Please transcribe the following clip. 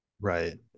Right